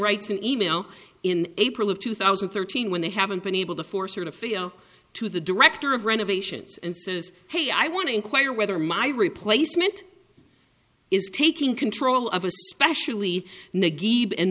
writes an email in april of two thousand and thirteen when they haven't been able to force her to feel to the director of renovations and says hey i want to inquire whether my replacement is taking control of especially